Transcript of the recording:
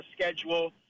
schedule